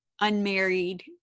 unmarried